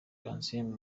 kansiime